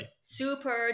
Super